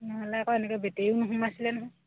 নহ'লে আকৌ এনেকে বেটেৰীও নোসোমাইছিলে নহয়